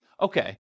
okay